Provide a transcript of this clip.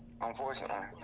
unfortunately